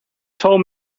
told